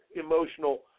Emotional